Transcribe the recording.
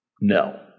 No